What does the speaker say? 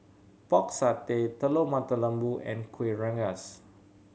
Pork Satay Telur Mata Lembu and Kuih Rengas